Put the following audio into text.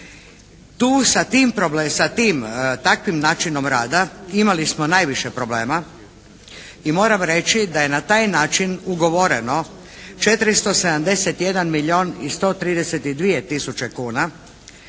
sa tim, takvim načinom rada imali smo najviše problema i moram reći da je na taj način ugovoreno 471 milijun i 132 tisuće kuna